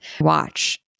watch